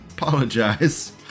Apologize